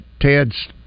Ted's